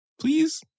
please